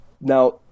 Now